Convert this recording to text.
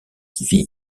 qui